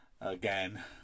again